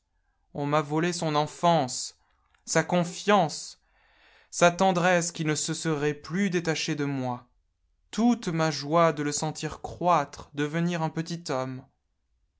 on m'a volé son enfance sa consance sa tendresse qui ne se serait plus détachée de moi toute ma joie de le sentir croître devenir un petit homme